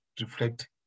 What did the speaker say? reflect